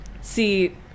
see